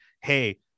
hey